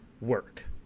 work